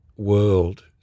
world